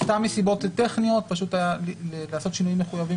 זה סתם מסיבות טכניות - פשוט לעשות שינויים מחויבים